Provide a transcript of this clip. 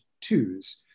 twos